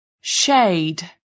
shade